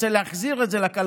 רוצה להחזיר את זה לכלכלה.